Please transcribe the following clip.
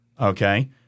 Okay